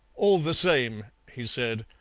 all the same, he said,